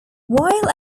while